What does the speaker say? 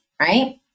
right